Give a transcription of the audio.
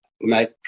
make